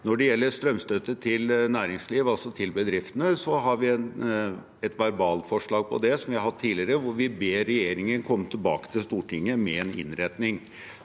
Når det gjelder strømstøtte til næringsliv, altså til bedriftene, har vi et verbalforslag på det, som vi har hatt tidligere, hvor vi ber regjeringen komme tilbake til Stortinget med en innretning.